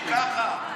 ככה.